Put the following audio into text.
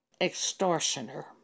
Extortioner